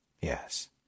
Yes